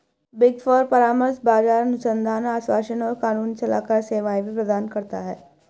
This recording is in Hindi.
बिग फोर परामर्श, बाजार अनुसंधान, आश्वासन और कानूनी सलाहकार सेवाएं भी प्रदान करता है